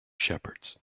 shepherds